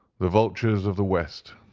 the vultures of the west,